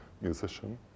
musician